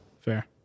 Fair